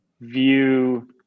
view